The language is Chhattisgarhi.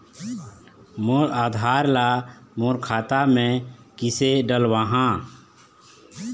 मोर आधार ला मोर खाता मे किसे डलवाहा?